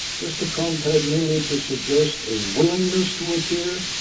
mr. trump had merely to suggest a willingness to appear,